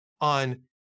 on